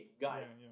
guys